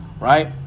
Right